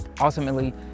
Ultimately